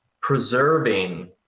preserving